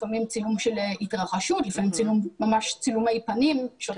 לפעמים צילום של התרחשות ולפעמים ממש צילומי פנים כאשר